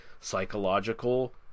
psychological